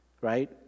right